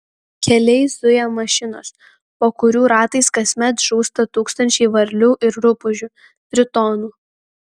keliais zuja mašinos po kurių ratais kasmet žūsta tūkstančiai varlių ir rupūžių tritonų